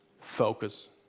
focus